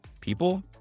people